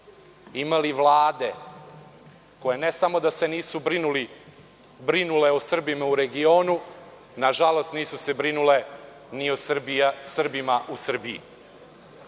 imali vlade koje ne samo da se nisu brinule o Srbima u regionu, nažalost, nisu se brinule ni o Srbima u Srbiji